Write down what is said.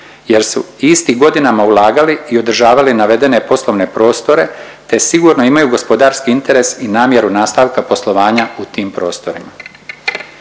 jer su isti godinama ulagali i održavali navedene poslovne prostore te sigurno imaju gospodarski interes i namjeru nastavka poslovanja u tim prostorima.